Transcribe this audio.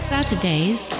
Saturdays